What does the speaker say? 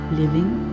living